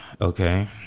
okay